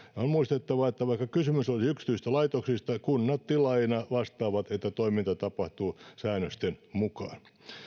on muistettava että vaikka kysymys olisi yksityisistä laitoksista kunnat tilaajina vastaavat että toiminta tapahtuu säännösten mukaan